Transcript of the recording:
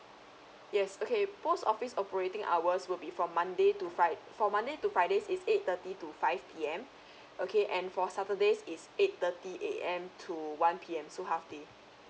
yes okay post office operating hours will be from monday to fri~ from monday to fridays it's eight thirty to five P_M okay and for saturdays it's eight thirty A_M to one P_M so half day